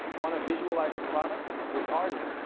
want to visualize a product? with arti,